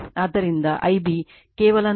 ಆದ್ದರಿಂದ Ib ಕೇವಲ 120o phase shift Ia ಕೋನ 120o